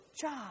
job